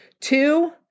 Two